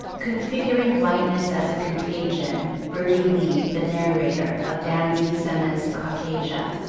configuring whiteness as a contagion, birdie lee, the narrator of danzy senna's caucasia,